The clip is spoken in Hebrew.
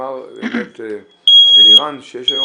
אמר אלירן שיש היום